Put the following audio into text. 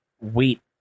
wheat